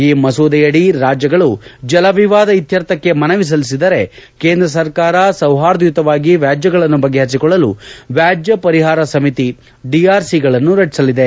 ಈ ಮಸೂದೆಯಡಿ ರಾಜ್ಯಗಳು ಜಲ ವಿವಾದ ಇತ್ಯರ್ಥಕ್ಕೆ ಮನವಿ ಸಲ್ಲಿಸಿದರೆ ಕೇಂದ್ರ ಸರ್ಕಾರ ಸೌಹಾರ್ದಯುತವಾಗಿ ವ್ಯಾಜ್ಯಗಳನ್ನು ಬಗೆಹರಿಸಿಕೊಳ್ಳಲು ವ್ಯಾಜ್ಯ ಪರಿಹಾರ ಸಮಿತಿ ಡಿಆರ್ಸಿಗಳನ್ನು ರಚಿಸಲಿದೆ